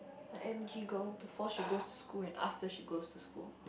like M_G girl before she goes to school and after she goes to school